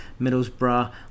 Middlesbrough